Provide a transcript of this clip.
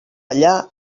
allà